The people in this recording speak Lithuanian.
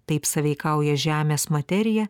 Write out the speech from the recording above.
taip sąveikauja žemės materija